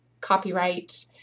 copyright